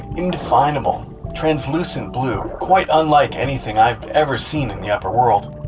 indefinable translucent blue, quite unlike anything i've ever seen in the upper world.